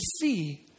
see